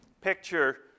picture